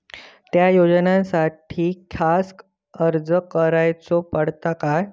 त्या योजनासाठी खास अर्ज करूचो पडता काय?